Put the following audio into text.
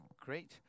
great